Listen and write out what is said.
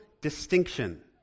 distinction